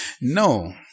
No